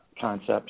concept